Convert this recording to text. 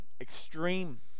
extreme